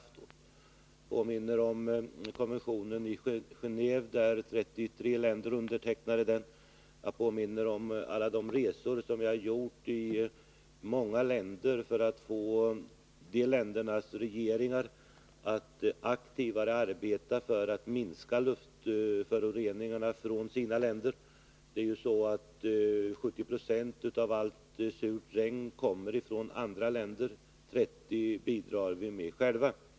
Jag påminner om konventionen i Genåve, som 33 länder undertecknat, och jag påminner om de resor i många länder som jag har gjort för att få dessa länders regeringar att mer aktivt arbeta för att minska luftföroreningarna från sina länder. Det är ju så att 70 20 av allt surt regn som faller ner över Sverige kommer från andra länder och att vi själva bidrar med 30 96 av det.